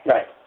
Right